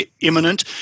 Imminent